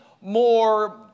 more